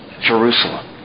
Jerusalem